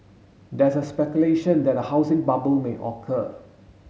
there's a speculation that a housing bubble may occur